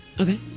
Okay